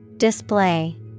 Display